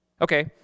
Okay